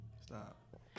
Stop